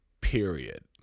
Period